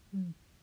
mm